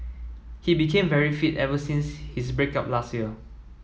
he became very fit ever since his break up last year